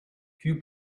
few